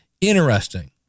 interesting